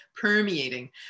permeating